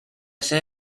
sede